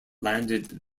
landed